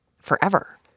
forever